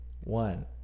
one